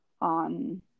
on